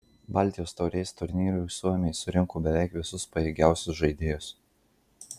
baltijos taurės turnyrui suomiai surinko beveik visus pajėgiausius žaidėjus